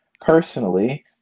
personally